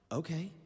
okay